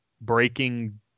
breaking